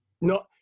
No